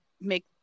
make